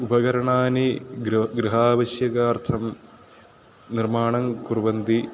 उपकरणानि गृहे गृहे गृहावश्यकार्थं निर्माणं कुर्वन्ति